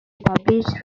publish